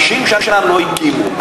50 שנה לא הקימו.